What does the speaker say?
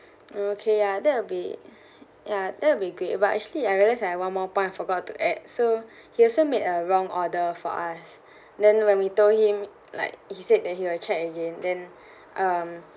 oh okay ya that will be ya that will be great but actually I realise I have one more point I forgot to add so he also made a wrong order for us then when we told him like he said that he will check again then um